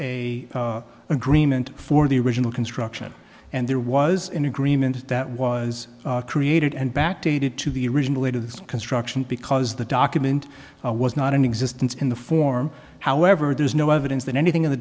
a agreement for the original construction and there was an agreement that was created and backdated to the original later this construction because the document was not in existence in the form however there is no evidence that anything in the